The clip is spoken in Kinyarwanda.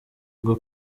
bwo